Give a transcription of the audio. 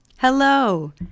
Hello